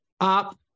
up